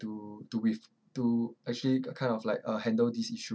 to to with to actually k~ kind of like uh handle this issue